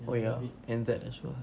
oh ya and that as well